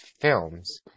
films